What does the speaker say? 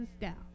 down